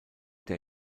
der